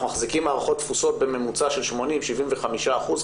אנחנו מחזיקים מערכות תפוסות בממוצע של 75%-80% כי אנחנו